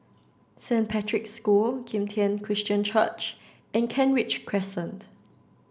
Saint Patrick's School Kim Tian Christian Church and Kent Ridge Crescent